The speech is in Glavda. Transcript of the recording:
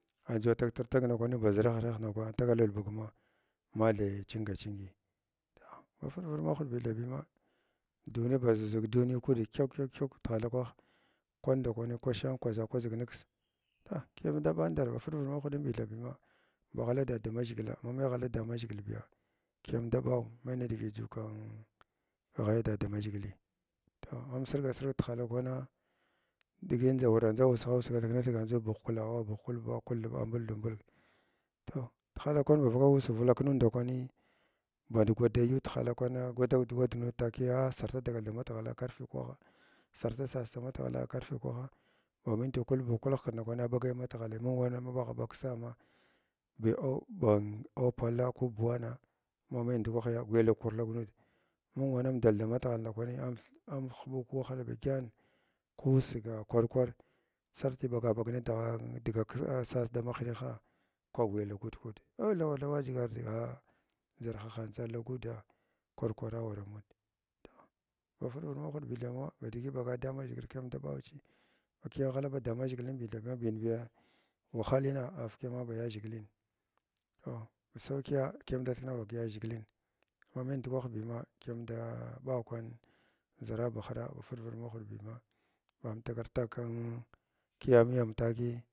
Andʒu atug tir tag ndakwani ba ʒra ghragh ndakrani atagar albugma mathai chinga chingi toh ba firvif mahwɗi binthaɓima duniya ba ʒuzlig duniya kuud kyəkwa ba kyəkwa tahala kwah kwanda kwani kushan kwaʒa kwaʒig niks ta kiyamda mɓag ndandar ba firriɗ maharɗah ba bithab ma ba ghals dadamaʒhihila ma mai ghala damaʒhgila kiyam da bawa mai nidigi juu kin kighah buda muʒhgili toh amsirga sirg tihaya kvana digi ndʒawara ussigha ussug a thikna thik andʒu abuh klawa buh kulbuwə, kulthiba ambuldau mbulg toh tohala kwan bavak vaki ussig vakk nuud ndakwani mbad gwada yuu tihala kwana gundar dg gurada nud takiya sarta dagal dagna tighala karfe kwaha sirta sasa matighala karfe kwanha ba minti kulbu kal hikirɗ ndakwani a ɓagai matighali mun wana ma ɓagha bag ka sa’a ma bi am bun aw palla ko buwana ma mai ndu kwahiya gwuya lakkwur kwg nud nuns wana andal da matighal ndakwani am amhuɓu ku wahal ba dyən kussiga kwar kwar sarti ɓaga baga nudah di digg sas da ma hineha ka gwuya lagud nud a an aradʒijam dziga a zarhahantsa ar kguda krar kwara awaranud toh ba firvid naɗbi thama badigi ɓaga damʒhigla kiyam da baw chii ba kiyam ghala damaʒhigila nimi thabiya wahalina a fakyəma yaʒhigilin toh, ba saukiya kiyamda thikna vak yaʒhiglin mai mai ndukwahin bima kiyam da ɓa ɓaw kwan zarnba harha ba firvid mahuɗibima ba amtagar tag kin kiyamiyam takii.